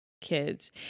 kids